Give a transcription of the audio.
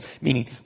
meaning